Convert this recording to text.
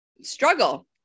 struggle